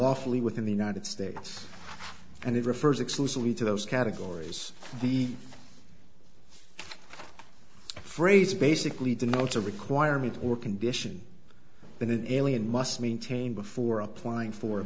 lawfully within the united states and it refers exclusively to those categories the phrase basically denotes a requirement or condition that an alien must maintain before applying for a